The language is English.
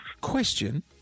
Question